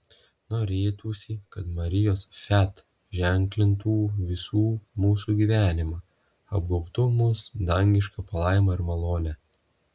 norėtųsi kad marijos fiat ženklintų visų mūsų gyvenimą apgaubtų mus dangiška palaima ir malone